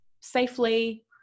safely